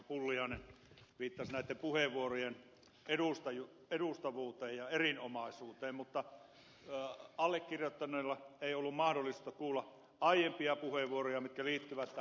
pulliainen viittasi näitten puheenvuorojen edustavuuteen ja erinomaisuuteen mutta allekirjoittaneella ei ollut mahdollisuutta kuulla aiempia puheenvuoroja mitkä liittyivät tähän lakialoitteeseen